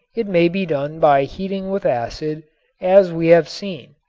it may be done by heating with acid as we have seen,